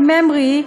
מממר"י,